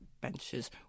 benches